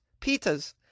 pitas